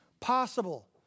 possible